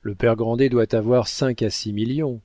le père grandet doit avoir cinq à six millions